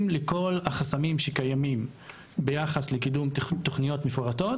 לכל החסמים שקיימים ביחס לקידום תוכניות מפורטות,